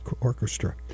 orchestra